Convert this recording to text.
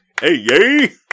Hey